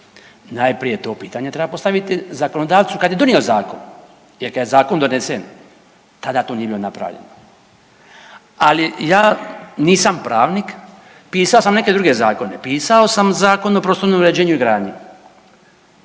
Najprije to pitanje treba postaviti zakonodavcu kad je donio zakon, jer kada je zakon donesen tada to nije bilo napravljeno. Ali ja nisam pravnik. Pisao sam neke druge zakone. Pisao sam Zakon o prostornom uređenju i gradnji.